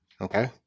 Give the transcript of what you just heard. Okay